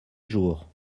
jours